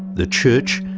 the church,